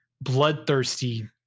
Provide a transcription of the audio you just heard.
bloodthirsty